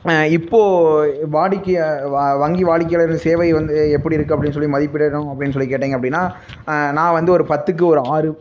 இப்போது வாடிக்கையா வா வங்கி வாடிக்கையாளர்களின் சேவை வந்து எப்படி இருக்குது அப்படின்னு சொல்லி மதிப்பிடணும் அப்படின்னு சொல்லி கேட்டீங்க அப்படின்னா நான் வந்து ஒரு பத்துக்கு ஒரு ஆறு